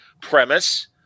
premise